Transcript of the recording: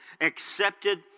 accepted